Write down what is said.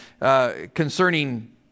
concerning